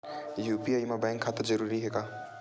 UPI मा bank खाता जरूरी हे?